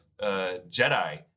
jedi